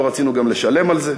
לא רצינו גם לשלם על זה.